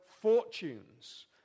fortunes